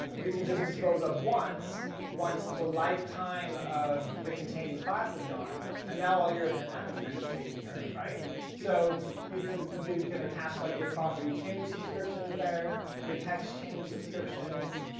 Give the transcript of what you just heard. you can just dispose of once, once the lifetime of the containing class is gone, and now all your event management is taken care of. so you can you can attach like your propertychanged subscriptions there, your textchanged subscriptions,